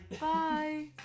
Bye